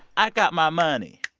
i got my money.